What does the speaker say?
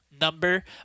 number